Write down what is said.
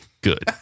good